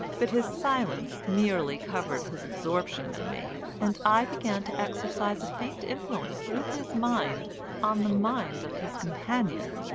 but his silence merely covered his absorption in me, and i began to exercise a faint influence through his mind on the mind of his companion.